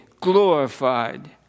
glorified